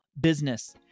business